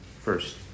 first